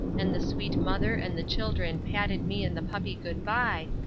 and the sweet mother and the children patted me and the puppy good-by,